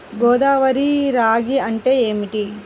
గోదావరి రాగి అంటే ఏమిటి?